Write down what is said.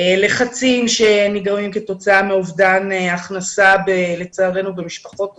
לחצים שנגרמים כתוצאה מאובדן הכנסה במשפחות רבות,